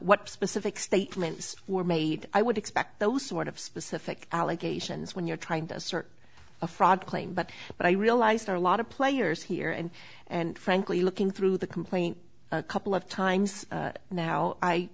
what specific statements were made i would expect those sort of specific allegations when you're trying to assert a fraud claim but but i realized there a lot of players here and and frankly looking through the complaint a couple of times now i